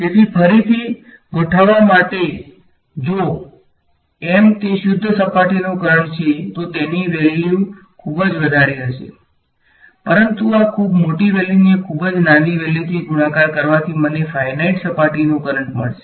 તેથી ફરીથી ગોઠવવા માટે ક જો તે શુદ્ધ સપાટીનો કરંટ છે તો તેની વેલ્યુ ખુબ જ વધારે હશે પરંતુ આ ખૂબ મોટી વેલ્યુને ખુબ જ નાની વેલ્યુની ગુણાકાર કરવાથી મને ફાઈનાઈટ સપાટીનો કરંટ મળશે